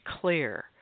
clear